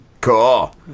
Cool